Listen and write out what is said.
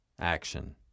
action